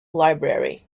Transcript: library